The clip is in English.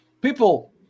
People